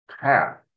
path